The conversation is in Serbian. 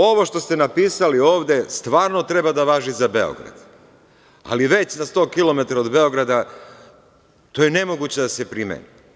Ovo što ste napisali ovde stvarno treba da važi za Beograd, ali već na 100 km od Beograda to je nemoguće da se primeni.